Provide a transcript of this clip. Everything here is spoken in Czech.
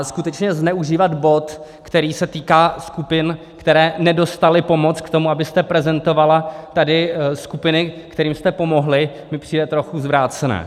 Skutečně, zneužívat bod, který se týká skupin, které nedostaly pomoc, k tomu, abyste tady prezentovala skupiny, kterým jste pomohli, mi přijde trochu zvrácené.